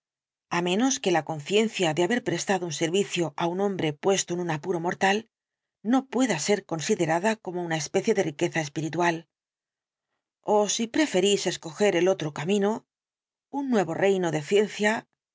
á menos que la conciencia de haber prestado un servicio á un hombre puesto en un apuro mortal no pueda ser considerada como una especie de riqueza espiritual ó si preferís escoger el otro camino un nuevo reino de ciencia